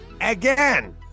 again